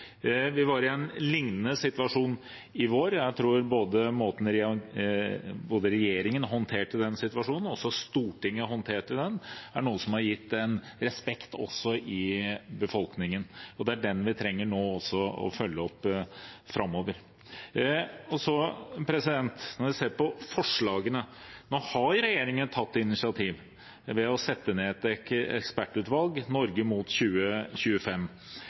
Vi var i en liknende situasjon i vår. Jeg tror måten regjeringen håndterte den situasjonen på, og også måten Stortinget håndterte den på, er noe som har gitt en respekt i befolkningen. Det er den vi trenger å følge opp framover. Når vi ser på forslagene: Nå har regjeringen tatt et initiativ ved å sette ned et ekspertutvalg, Norge mot 2025,